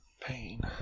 pain